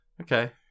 Okay